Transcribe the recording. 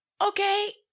Okay